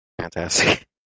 Fantastic